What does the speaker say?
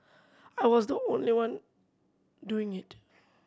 I was not the only one doing it